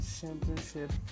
championship